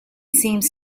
seems